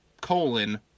colon